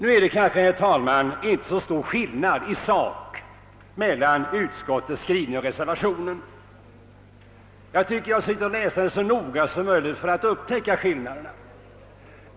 Nu är det kanske, herr talman, inte så stor skillnad i sak mellan utskottets skrivning och reservationens. Jag har försökt läsa dem så noga som möjligt för att upptäcka olikheterna.